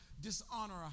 dishonor